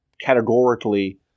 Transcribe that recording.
categorically